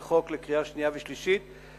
להודות לחברי הכנסת שנמצאים פה עכשיו והשתכנעו,